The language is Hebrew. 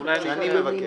אולי אני אקריא.